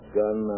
gun